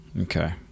Okay